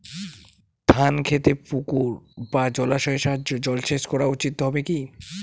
ধান খেতে পুকুর বা জলাশয়ের সাহায্যে জলসেচ করা উচিৎ হবে কি?